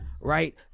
Right